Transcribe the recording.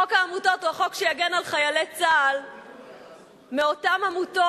חוק העמותות הוא החוק שיגן על חיילי צה"ל מאותן עמותות,